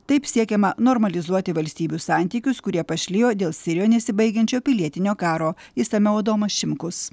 taip siekiama normalizuoti valstybių santykius kurie pašlijo dėl sirijoje nesibaigiančio pilietinio karo išsamiau adomas šimkus